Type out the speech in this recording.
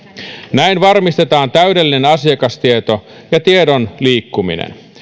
näin varmistetaan täydellinen asiakastieto ja tiedon liikkuminen